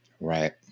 Right